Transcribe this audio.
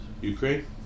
Ukraine